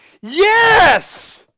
Yes